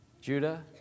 Judah